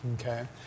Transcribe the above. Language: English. Okay